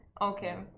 Okay